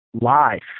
Life